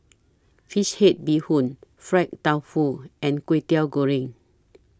Fish Head Bee Hoon Fried Tofu and Kway Teow Goreng